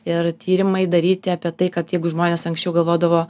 ir tyrimai daryti apie tai kad jeigu žmonės anksčiau galvodavo